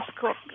cook